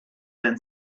been